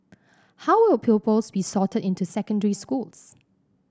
how will pupils be sorted into secondary schools